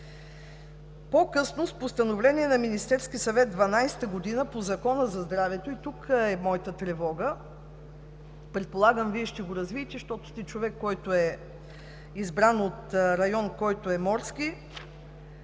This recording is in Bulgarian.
По-късно с Постановление на Министерския съвет през 2012 г. по Закона за здравето, и тук е моята тревога, предполагам, че Вие ще го развитие, защото сте човек, който е избран от район, който е морски,